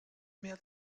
mehr